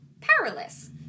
powerless